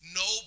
no